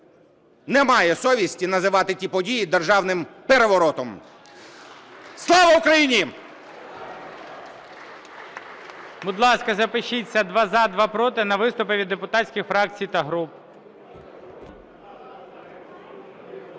не має совісті називати ті події державним переворотом. Слава Україні!